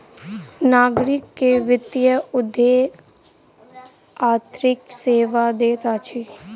नागरिक के वित्तीय उद्योग आर्थिक सेवा दैत अछि